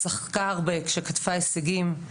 צחקה כשקטפה הישגים,